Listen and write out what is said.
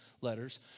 letters